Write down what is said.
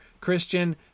Christian